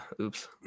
Oops